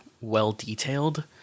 well-detailed